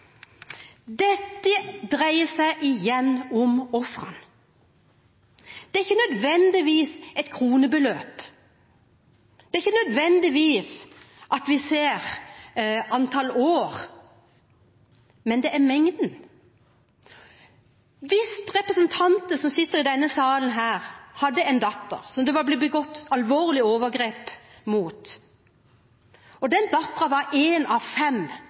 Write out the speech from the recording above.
Dette dreier seg igjen om ofrene. Det er ikke nødvendigvis et kronebeløp. Det er ikke nødvendigvis at vi ser på antall år, men det er mengden. Hvis en representant som sitter i denne salen, hadde en datter som det var blitt begått alvorlige overgrep mot, og den datteren var en av fem,